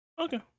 Okay